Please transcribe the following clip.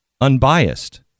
unbiased